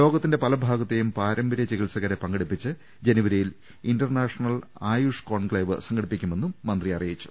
ലോകത്തിന്റെ പലഭാഗത്തെയും പാരമ്പര്യ ചികിത്സകരെ പങ്കെടുപ്പിച്ച് ജനുവരിയിൽ ഇന്റർനാഷണൽ ആയുഷ് കോൺക്ലേവ് സംഘടിപ്പിക്കുമെന്നും മന്ത്രി അറിയിച്ചു